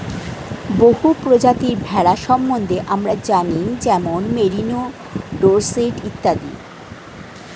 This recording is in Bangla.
বহু প্রজাতির ভেড়া সম্বন্ধে আমরা জানি যেমন মেরিনো, ডোরসেট ইত্যাদি